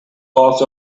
part